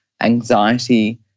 anxiety